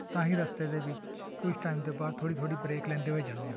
ਤਾਂ ਅਸੀਂ ਰਸਤੇ ਦੇ ਵਿੱਚ ਕੁਛ ਟਾਈਮ ਦੇ ਬਾਅਦ ਥੋੜ੍ਹੀ ਥੋੜ੍ਹੀ ਬਰੇਕ ਲੈਂਦੇ ਹੋਏ ਜਾਂਦੇ ਹਾਂ